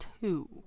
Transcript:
two